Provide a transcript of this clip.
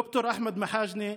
ד"ר אחמד מחאג'נה,